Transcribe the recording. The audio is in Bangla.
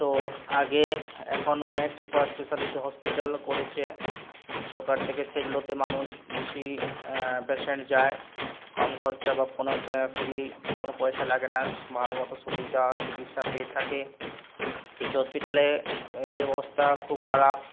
তো আগে এখন অনেক সুপার স্পেশালিটি হসপিটাল করেছে সরকার থেকে সেগুলোতে মানুষ বেশি পেশেন্ট যায় কম খরচা বা কোনো ফ্রি কোনো পয়সা লাগে না ভালোমতো সুবিধা চিকিৎসা পেয়ে থাকে কিছু হসপিটালে এই অবস্থা খুব খারাপ